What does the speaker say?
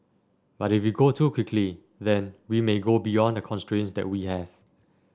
but if we go too quickly then we may go beyond the constraints that we have